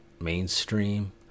mainstream